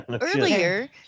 Earlier